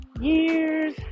Years